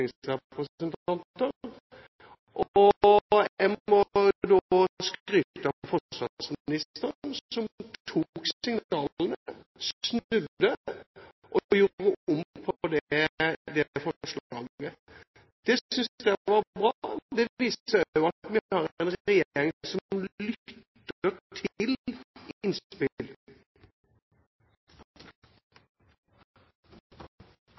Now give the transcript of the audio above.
jeg må skryte av forsvarsministeren som da tok signalene, snudde og gjorde om på det forslaget. Det synes jeg var bra. Det viser også at vi har en regjering som lytter til innspill.